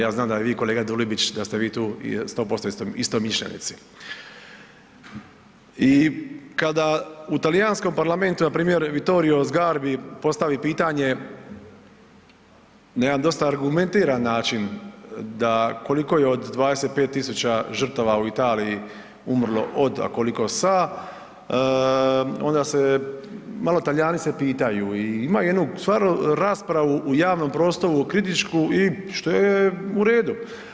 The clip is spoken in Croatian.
Ja znam da vi i kolega Dulibić, da ste vi tu 100% istomišljenici i kada u Talijanskom parlamentu, npr. Vittorio Sgarbi postavi pitanje na jedan dosta argumentiran način, da koliko je, od 25 tisuća žrtava u Italiji umrlo od, a koliko sa, onda se, malo Talijani se pitaju i imaju jednu, stvarno raspravu u javnom prostoru kritičku i što je u redu.